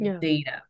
data